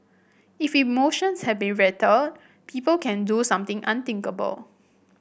if emotions have been rattled people can do something unthinkable